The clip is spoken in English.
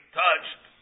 touched